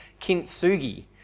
kintsugi